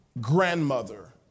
grandmother